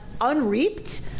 unreaped